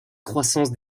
croissance